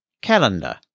Calendar